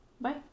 bye